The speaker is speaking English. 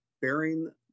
bearing